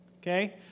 okay